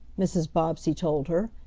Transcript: mrs. bobbsey told her,